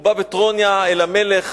הוא בא בטרוניה אל המלך